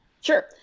sure